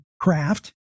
craft